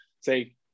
say